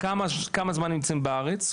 כמה זמן נמצאים בארץ,